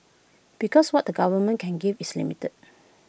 because what the government can give is limited